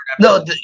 No